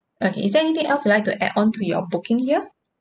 okay is there anything else you like to add on to your booking here